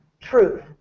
truth